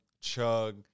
chug